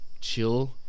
chill